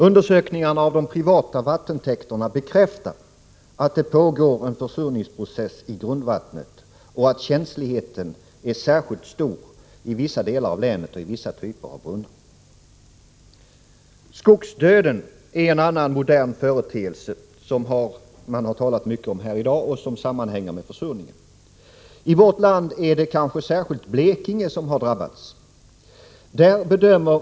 Undersökningarna av de privata vattentäkterna bekräftar att det pågår en försurningsprocess av grundvattnet och att känsligheten är särskilt stor i vissa delar av länet och i vissa typer av brunnar. Skogsdöden är en annan modern företeelse, som det har talats mycket om häri dag och som sammanhänger med försurningen. I vårt land är det kanske särskilt Blekinge som har drabbats.